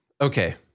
Okay